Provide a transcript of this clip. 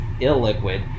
illiquid